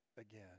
again